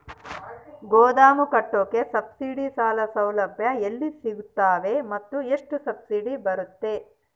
ಗೋದಾಮು ಕಟ್ಟೋಕೆ ಸಬ್ಸಿಡಿ ಸಾಲ ಸೌಲಭ್ಯ ಎಲ್ಲಿ ಸಿಗುತ್ತವೆ ಮತ್ತು ಎಷ್ಟು ಸಬ್ಸಿಡಿ ಬರುತ್ತೆ?